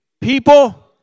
People